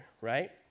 right